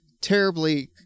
terribly